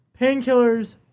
Painkillers